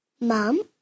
Mom